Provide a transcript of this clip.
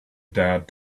dared